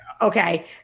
okay